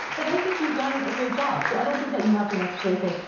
then i think you've done a great job. so i don't think that you have to necessarily say,